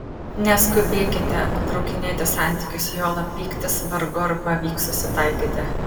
neskubėkite nutraukinėti santykius juolab pyktis vargu ar pavyks susitaikyti